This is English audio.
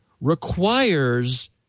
requires